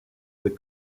the